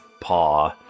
paw